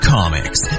Comics